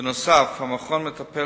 בנוסף, המכון מטפל